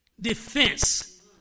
defense